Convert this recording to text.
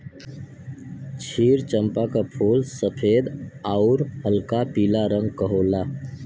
क्षीर चंपा क फूल सफेद आउर हल्का पीला रंग क होला